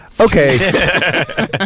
Okay